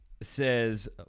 says